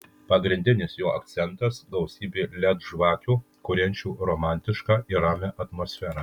pagrindinis jo akcentas gausybė led žvakių kuriančių romantišką ir ramią atmosferą